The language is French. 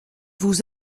vous